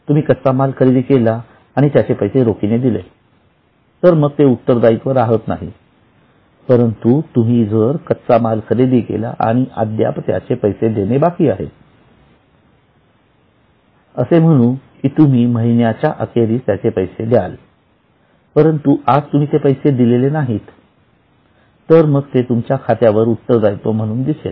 तुम्ही कच्चा माल खरेदी केला णि त्याचे पैसे रोखीने दिले तर मग ते उत्तरदायीत्व राहत नाही परंतु जर तुम्ही कच्चामाल खरेदी केला आणि अद्याप त्याचे पैसे देणे बाकी आहे असे म्हणून की की तुम्ही महिन्या अखेरीस त्याचे पैसे द्या परंतु आज तुम्ही ते पैसे दिले नाहीत तर मग ते तुमच्या खात्यावर उत्तरदायित्व म्हणून दिसेल